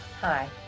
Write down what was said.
Hi